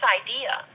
idea